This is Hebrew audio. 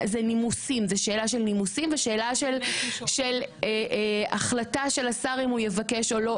זה שאלה של נימוסין ושאלה של החלטה של השר אם הוא יבקש או לא,